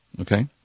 okay